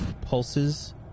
pulses